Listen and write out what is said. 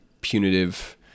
punitive